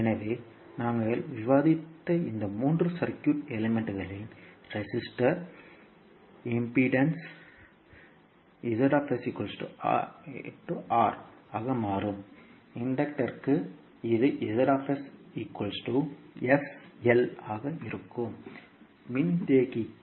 எனவே நாங்கள் விவாதித்த இந்த மூன்று சர்க்யூட் எலிமெண்ட்களின் ரெஸிஸ்டர் எதிர்ப்பிற்கான ஆக மாறும் இன்டக்ட ருக்கு இது ஆக இருக்கும் மின்தேக்கிக்கு